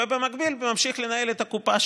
ובמקביל ממשיך לנהל את הקופה שלו.